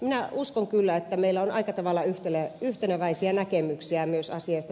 minä uskon kyllä että meillä on aika tavalla yhteneväisiä näkemyksiä myös asiasta